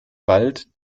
wald